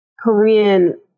Korean